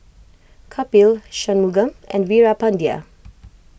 Kapil Shunmugam and Veerapandiya